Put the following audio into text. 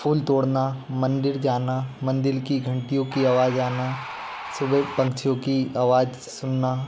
फूल तोड़ना मंदिर जाना मंदिर की घंटियों की आवाज आना सुबेह पक्षियो की आवाज सुनना